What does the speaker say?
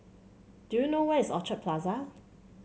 do you know where is Orchard Plaza